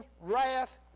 wrath